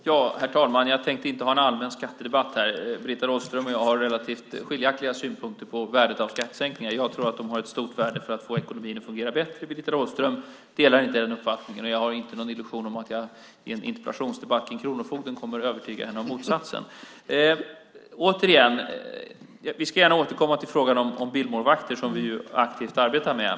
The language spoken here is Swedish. Herr talman! Jag tänkte inte ha en allmän skattedebatt här. Britta Rådström och jag har relativt skilda synpunkter på värdet av skattesänkningar. Jag tror att de har ett stort värde för att få ekonomin att fungera bättre. Britta Rådström delar inte den uppfattningen, och jag har inte någon illusion om att jag i en interpellationsdebatt om kronofogden kommer att övertyga henne om motsatsen. Återigen: Vi ska gärna återkomma till frågan om bilmålvakter som vi ju aktivt arbetar med.